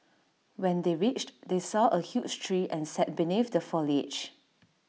when they reached they saw A huge tree and sat beneath the foliage